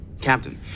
Captain